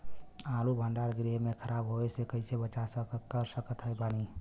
आलू भंडार गृह में खराब होवे से कइसे बचाव कर सकत बानी?